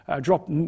drop